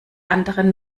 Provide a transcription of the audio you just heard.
anderen